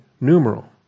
numeral